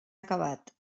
acabat